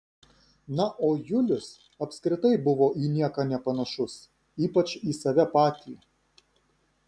na o julius apskritai buvo į nieką nepanašus ypač į save patį